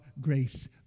grace